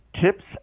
tips